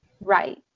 Right